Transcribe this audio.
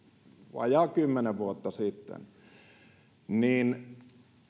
vajaa kymmenen vuotta sitten niin